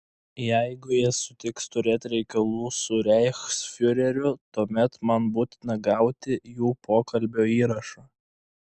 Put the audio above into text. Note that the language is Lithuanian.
jeigu jie sutiks turėti reikalų su reichsfiureriu tuomet man būtina gauti jų pokalbio įrašą